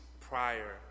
prior